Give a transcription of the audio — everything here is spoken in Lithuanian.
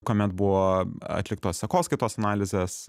kuomet buvo atliktos sekoskaitos analizės